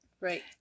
right